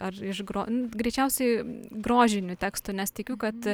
ar iš gro greičiausiai grožinių tekstų nes tikiu kad